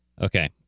Okay